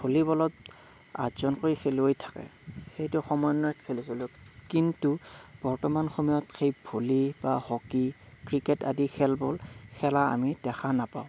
ভলীবলত আঠজনকৈ খেলুৱৈ থাকে সেইটো সমন্বয়ত খেলিছিললোঁ কিন্তু বৰ্তমান সময়ত সেই ভলী বা হকী ক্ৰিকেট আদি খেলবোৰ খেলা আমি দেখা নাপাওঁ